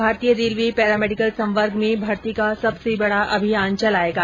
भारतीय railway paramedical संवर्ग में भर्ती का सबसे बड़ा अभियान चलाएगा